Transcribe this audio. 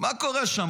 מה קורה שם?